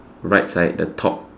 right side the top